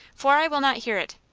for i will not hear it.